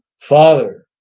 father,